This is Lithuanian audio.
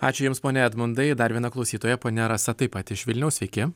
ačiū jums pone edmundai dar viena klausytoja ponia rasa taip pat iš vilniaus sveiki